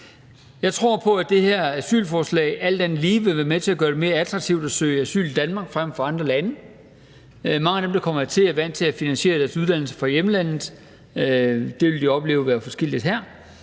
Jeg tror på, at det her asylforslag alt andet lige vil være med til at gøre det mere attraktivt at søge asyl i Danmark frem for i andre lande. Mange af dem, der kommer hertil, er vant til at finansiere deres uddannelse i hjemlandet, og det vil de opleve er forskelligt her.